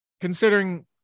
considering